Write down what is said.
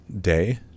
day